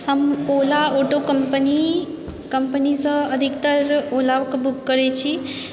हम Ola auto company कम्पनीसँ अधिकतर ओलाके बुक करैत छी